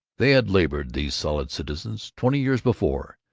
they had labored, these solid citizens. twenty years before,